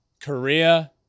Korea